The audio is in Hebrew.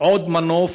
עוד מנוף,